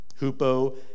Hupo